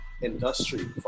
industry